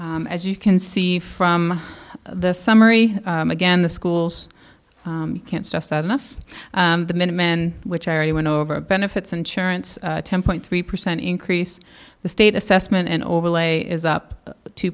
as you can see from the summary again the schools can't stress that enough the minutemen which i already went over benefits insurance ten point three percent increase the state assessment and overlay is up t